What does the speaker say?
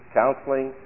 counseling